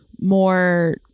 more